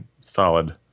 solid